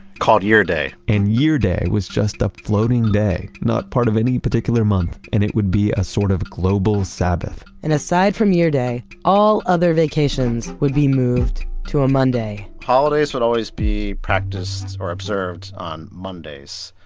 called year day and year day was just a floating day, not part of any particular month, and it would be a sort of global sabbath and aside from year day, all other vacations would be moved to a monday holidays would always be practiced or observed on mondays.